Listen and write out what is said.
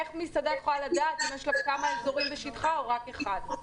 איך מסעדה יכולה לדעת אם יש כמה אזורים בשטחה או רק אחד.